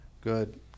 good